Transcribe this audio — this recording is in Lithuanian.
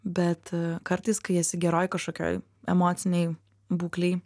bet kartais kai esi geroj kažkokioj emocinėj būklėj